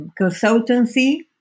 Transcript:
consultancy